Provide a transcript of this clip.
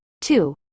Two